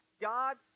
God